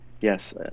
Yes